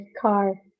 car